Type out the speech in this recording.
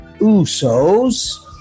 Uso's